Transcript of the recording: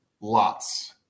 Lots